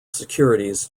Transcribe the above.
securities